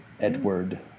Edward